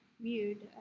viewed